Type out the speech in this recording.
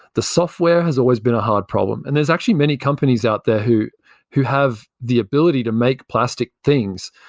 the software has always been a hard problem. and there's actually many companies out there who who have the ability to make plastic things.